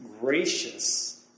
gracious